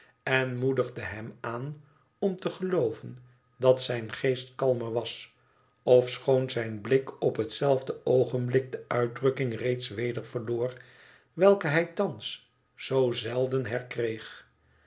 en moedigde hem aan om te gelooven dat zijn geest kalmer was ofschoon zijn blik op hetzelfde oogenblik de uitdrukking reeds weder verloor welke hij thans zoo zelden herkreeg